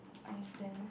understand